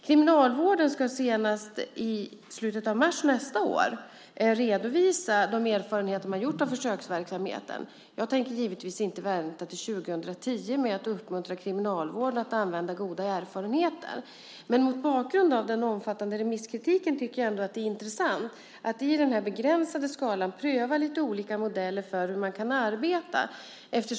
Kriminalvården ska senast i slutet av mars nästa år redovisa de erfarenheter man gjort av försöksverksamheten. Jag tänker givetvis inte vänta till 2010 med att uppmuntra Kriminalvården att använda sig av goda erfarenheter. Mot bakgrund av den omfattande kritiken från remissinstanserna tycker jag att det är intressant att i denna begränsade skala pröva lite olika modeller för hur man kan arbeta.